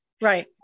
Right